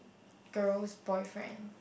girl's boyfriend